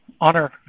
Honor